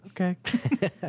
okay